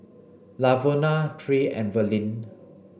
Lavona Tre and Verlyn